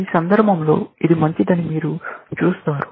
ఈ సందర్భంలో ఇది మంచిదని మీరు చూస్తారు